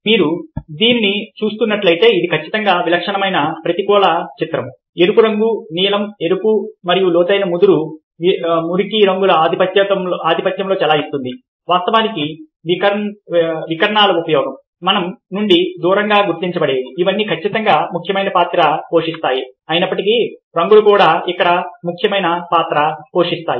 మీరు దీన్ని చూస్తున్నట్లయితే ఇది ఖచ్చితంగా విలక్షణమైన ప్రతికూల చిత్రం ఎరుపు రంగు నీలం ఎరుపు మరియు లోతైన ముదురు మురికి రంగులతో ఆధిపత్యం చెలాయిస్తుంది వాస్తవానికి వికర్ణాల ఉపయోగం మన నుండి దూరంగా గుర్తింపబడేవి అవన్నీ ఖచ్చితంగా ముఖ్యమైన పాత్ర పోషిస్తాయి అయినప్పటికీ రంగులు కూడా ఇక్కడ ముఖ్యమైన పాత్ర పోషిస్తాయి